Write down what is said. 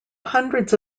hundreds